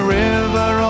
river